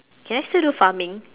can I still do farming